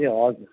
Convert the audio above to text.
ए हजुर